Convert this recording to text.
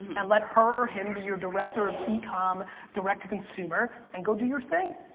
and let her or him be your director of e-com, direct to consumer and go do your thing.